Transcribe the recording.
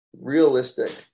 realistic